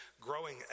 growing